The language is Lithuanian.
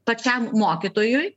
pačiam mokytojui